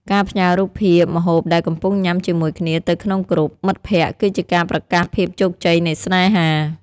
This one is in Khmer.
ការផ្ញើរូបភាពម្ហូបដែលកំពុងញ៉ាំជាមួយគ្នាទៅក្នុង Group មិត្តភក្ដិ គឺជាការប្រកាសភាពជោគជ័យនៃស្នេហា។